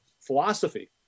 philosophy